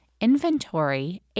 inventory